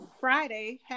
Friday